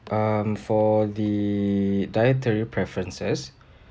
um for the dietary preferences